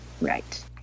right